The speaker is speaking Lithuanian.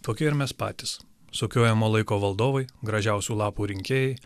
tokie ir mes patys sukiojimo laiko valdovai gražiausių lapų rinkėjai